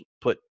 put